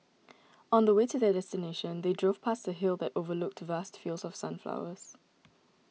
on the way to their destination they drove past a hill that overlooked vast fields of sunflowers